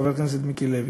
חבר הכנסת מיקי לוי,